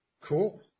Cool